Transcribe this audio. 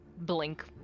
blink